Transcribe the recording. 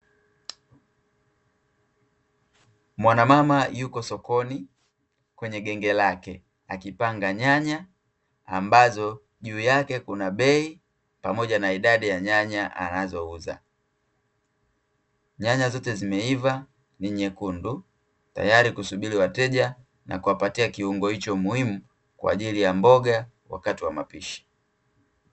Mwanamama yupo sokoni, kwenye genge lake akipanga nyanya ambazo juu yake kuna bei pamoja na idadi ya nyanya anazouza. Nyanya zote zimeiva, ni nyekundu, tayari kusubiri wateja na kuwapatia kiungo hicho muhimu kwaajili ya mboga wakati wa mapishi.